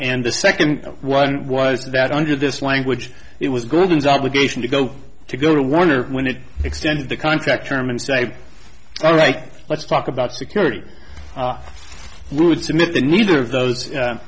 and the second one was that under this language it was good and obligation to go to go to warner when it extended the contract term and say all right let's talk about security would submit that neither of those